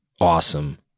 awesome